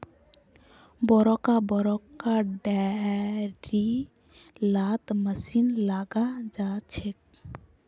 बड़का बड़का डेयरी लात मशीन लगाल जाछेक